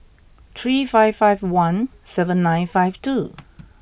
three five five one seven nine five two